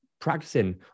practicing